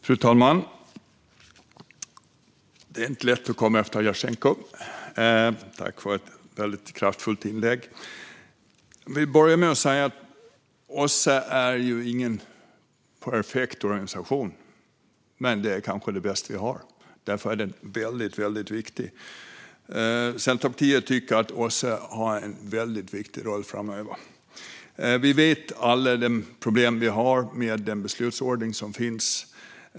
Fru talman! Det är inte lätt att komma efter Jasenko. Tack för ett väldigt kraftfullt anförande! OSSE är ingen perfekt organisation, vill jag börja med att säga, men den är kanske det bästa vi har. Därför är den väldigt viktig. Centerpartiet tycker att OSSE har en väldigt viktig roll framöver. Vi vet alla om de problem vi har med den beslutsordning som finns.